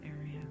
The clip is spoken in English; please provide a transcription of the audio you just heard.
area